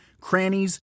crannies